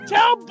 Tell